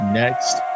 next